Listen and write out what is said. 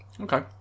okay